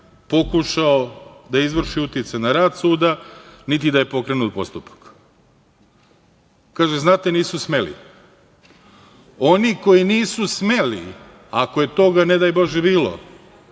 pokušao da izvrši uticaj na rad suda, niti da je pokrenut postupka. Kaže – znate, nisu smeli. Oni koji nisu smeli, ako je toga, ne daj Bože bilo,